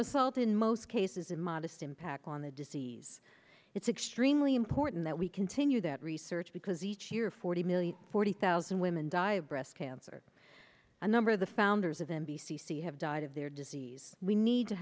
result in most cases a modest impact on the disease it's extremely important that we continue that research because each year forty million forty thousand women die of breast cancer a number of the founders of n b c have died of their disease we need to